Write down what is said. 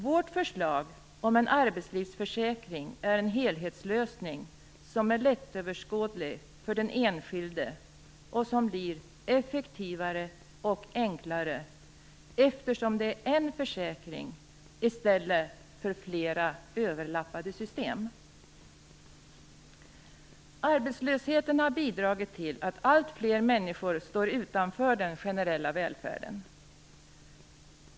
Vårt förslag om en arbetslivsförsäkring är en helhetslösning som är lättöverskådlig för den enskilde och som blir effektivare och enklare, eftersom det är en försäkring i stället för flera överlappade system. Arbetslösheten har bidragit till att allt fler människor står utanför den generella välfärden.